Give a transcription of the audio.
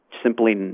Simply